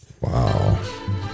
Wow